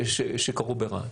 שקרו ברהט.